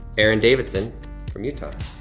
aaron davidson from utah.